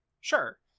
Sure